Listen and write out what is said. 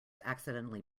accidentally